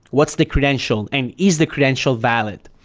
what's the credential, and is the credential valid?